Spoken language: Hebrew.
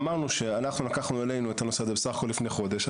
ואמרנו שאנחנו לקחנו עלינו את הנושא הזה בסך הכול לפני חודש.